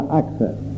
access